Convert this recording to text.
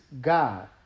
God